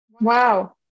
Wow